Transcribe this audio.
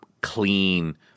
clean